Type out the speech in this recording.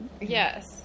Yes